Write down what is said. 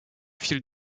fil